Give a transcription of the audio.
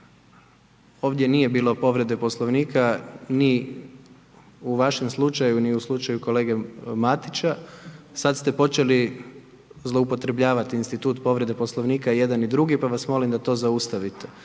ovdje nije bilo povrede Poslovnika ni u vašem slučaju ni u slučaju kolege Matića. Sada ste počeli zloupotrjebljavati institut povrede Poslovnika i jedan i drugi pa vas molim da to zaustavite.